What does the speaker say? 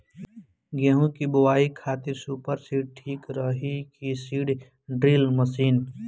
गेहूँ की बोआई खातिर सुपर सीडर ठीक रही की सीड ड्रिल मशीन?